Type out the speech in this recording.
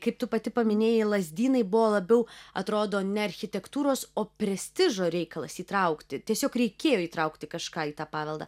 kaip tu pati paminėjai lazdynai buvo labiau atrodo ne architektūros o prestižo reikalas įtraukti tiesiog reikėjo įtraukti kažką į tą paveldą